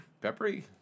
Peppery